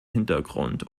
hintergrund